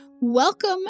Welcome